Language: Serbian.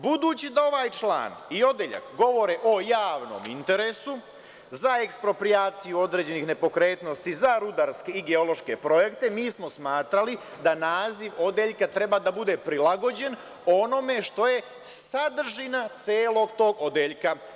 Budući da ovaj član i odeljak govore o javnom interesu, za eksproprijaciju određenih nepokretnosti za rudarske i geološke projekte, mi smo smatrali da naziv odeljka treba da bude prilagođen onome što je sadržina celog tog odeljka.